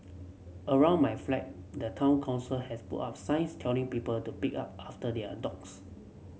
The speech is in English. around my flat the town council has put up signs telling people to big up after their dogs